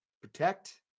protect